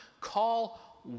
Call